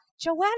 Joanna